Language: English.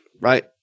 right